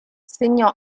segnò